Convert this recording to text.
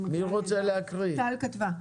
טל כתבה.